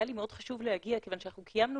היה לי מאוד חשוב להגיע כיוון שקיימנו